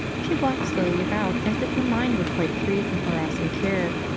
she walked slowly about as if her mind were quite free from harassing care,